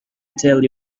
tell